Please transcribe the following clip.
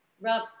Rob